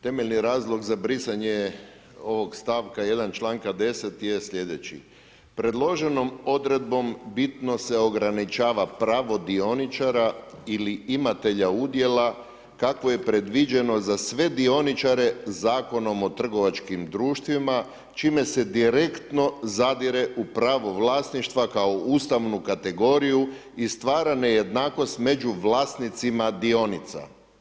Temeljni razlog za brisanje ovog stavka 1., članka 10., je sljedeći, predloženom odredbom bitno se ograničava pravo dioničara ili imatelja udjela kako je predviđeno za sve dioničare Zakonom o trgovačkim društvima, čime se direktno zadire u pravo vlasništva kao ustavnu kategoriju i stvara nejednakost među vlasnicima dionica.